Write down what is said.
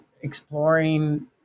exploring